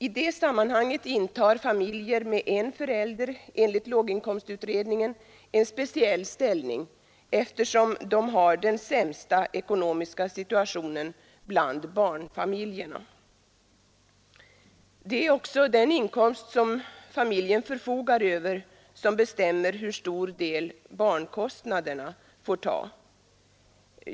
I det sammanhanget intar familjer med en förälder enligt låginkomstutredningen en speciell ställning, eftersom de har den sämsta ekonomiska situationen bland barnfamiljerna. Det är också den inkomst familjen förfogar över som bestämmer hur stor del barnkostnaderna får ta.